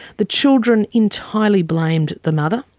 the children entirely blamed the mother,